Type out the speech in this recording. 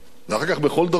ואחר כך בכל דרכו.